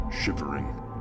shivering